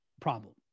problem